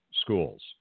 schools